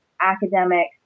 academic